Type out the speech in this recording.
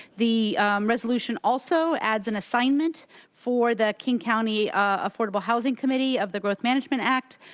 the resolution also adds an assignment for the king county affordable housing committee of the growth management act.